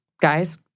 Guys